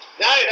No